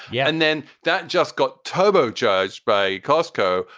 yeah. and then that just got turbo charged by costco.